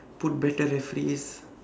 put better referees